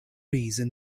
reason